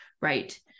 Right